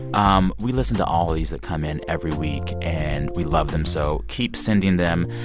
um we listen to all of these that come in every week. and we love them, so keep sending them.